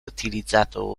utilizzato